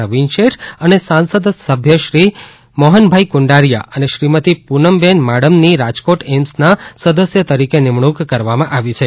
નવીન શેઠ અને સાંસદ સભ્ય શ્રી મોહનભાઈ કુંડારીયા અને શ્રીમતી પૂનમબહેન માડમની રાજકોટ એઈમ્સના સદસ્ય તરીકે નિમણૂંક કરવામાં આવી છે